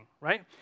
right